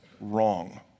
wrong